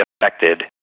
affected